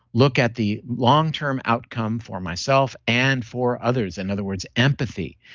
look at the long-term outcome for myself and for others. in other words empathy.